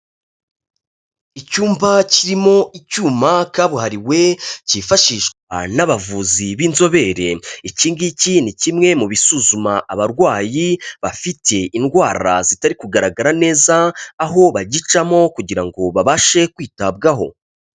Icyumba kirimo icyuma kabuhariwe cyifashishwa n'abavuzi b'inzobere, iki ngiki ni kimwe mu bisuzuma abarwayi bafite indwara zitari kugaragara neza aho bagicamo kugira ngo babashe kwitabwaho.